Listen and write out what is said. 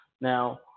Now